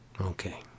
Okay